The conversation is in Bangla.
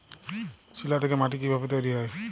শিলা থেকে মাটি কিভাবে তৈরী হয়?